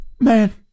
Man